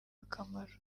akamaro